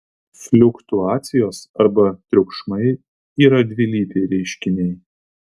fliuktuacijos arba triukšmai yra dvilypiai reiškiniai